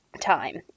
time